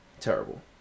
terrible